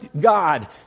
God